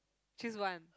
choose one